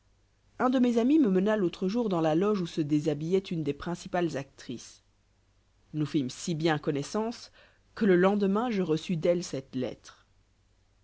un de mes amis me mena l'autre jour dans la loge où se déshabilloit une des principales actrices nous fîmes si bien connoissance que le lendemain je reçus d'elle cette lettre